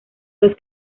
los